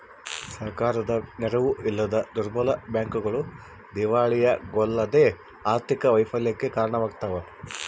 ಸರ್ಕಾರದ ನೆರವು ಇಲ್ಲದ ದುರ್ಬಲ ಬ್ಯಾಂಕ್ಗಳು ದಿವಾಳಿಯಾಗೋದಲ್ಲದೆ ಆರ್ಥಿಕ ವೈಫಲ್ಯಕ್ಕೆ ಕಾರಣವಾಗ್ತವ